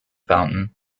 fountain